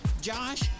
Josh